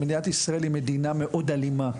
מדינת ישראל היא מדינה מאוד אלימה.